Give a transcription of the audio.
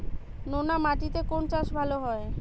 নোনা মাটিতে কোন চাষ ভালো হয়?